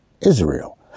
Israel